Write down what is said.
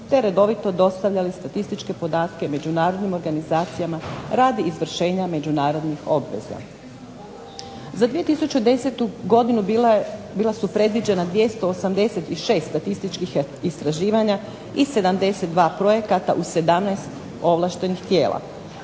te redovito dostavljali statističke podatke međunarodnim organizacijama radi izvršenja međunarodnih obveza. Za 2010. godinu bila su predviđena 286 statistička istraživanja i 72 projekta u 17 ovlaštenih tijela.